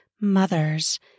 mothers